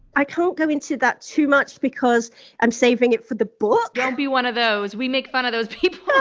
i can't go into that too much because i'm saving it for the book. don't be one of those. we make fun of those people. yeah